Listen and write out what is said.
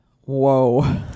Whoa